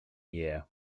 year